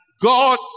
God